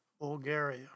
Bulgaria